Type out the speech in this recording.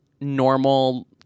normal